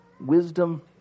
wisdom